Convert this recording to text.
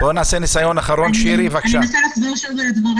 שירי, ננסה לחזור אלייך.